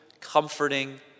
comforting